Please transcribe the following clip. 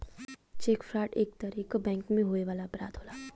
check fraud एक तरे क बैंक में होए वाला अपराध होला